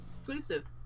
exclusive